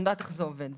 אני יודעת איך זה עובד.